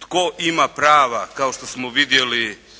tko ima prava kao što smo vidjeli